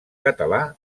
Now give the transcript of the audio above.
català